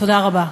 תודה רבה.